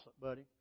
buddy